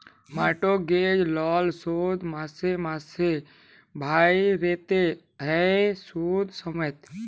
mortgage লল শোধ মাসে মাসে ভ্যইরতে হ্যয় সুদ সমেত